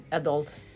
adults